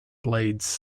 blades